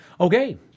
Okay